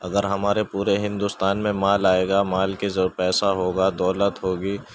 اگر ہمارے پورے ہندوستان میں مال آئے گا مال کے جو پیسہ ہوگا دولت ہوگی